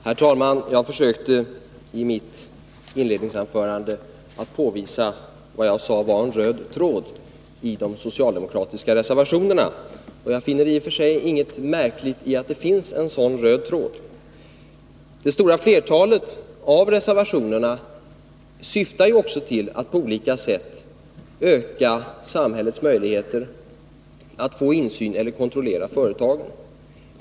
Herr talman! I mitt inledningsanförande försökte jag påvisa vad jag menade var en röd tråd i de socialdemokratiska reservationerna. Det är i och för sig inget märkligt i att det finns en sådan röd tråd. Det stora flertalet av reservationerna syftar också till att på olika sätt öka samhällets möjligheter till insyn i eller kontroll av företagen.